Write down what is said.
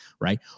Right